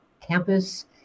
campus